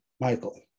Michael